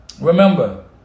Remember